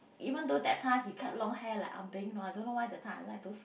even though that time he kept long hair like ah beng you know I don't know why that time I like those